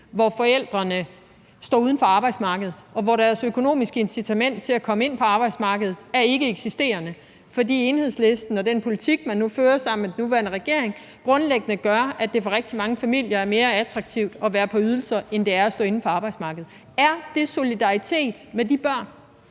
hvor forældrene står uden for arbejdsmarkedet, og hvor deres økonomiske incitament til at komme ind på arbejdsmarkedet er ikkeeksisterende, fordi Enhedslisten og den politik, man nu fører sammen med den nuværende regering, grundlæggende gør, at det for rigtig mange familier er mere attraktivt at være på ydelser, end det er at være på arbejdsmarkedet. Er det solidaritet med de børn?